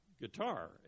guitar